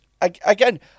again